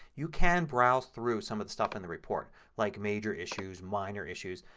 you can browse through some of the stuff in the report like major issues, minor issues.